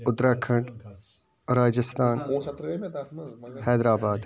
اُتراکھَنٛڈ راجِستھان حیدر آباد